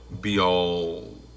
be-all